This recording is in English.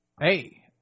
Hey